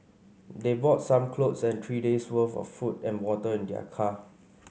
they brought some clothes and three days worth of food and water in their car